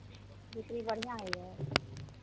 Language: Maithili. बिक्री बढ़िआँ होइए